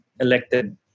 elected